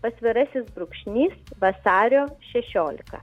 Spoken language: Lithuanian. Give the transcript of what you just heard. pasvirasis brūkšnys vasario šešiolika